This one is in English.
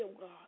God